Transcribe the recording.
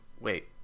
wait